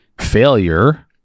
failure